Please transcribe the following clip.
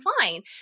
fine